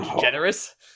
generous